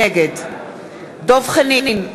נגד דב חנין,